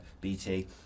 BT